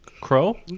Crow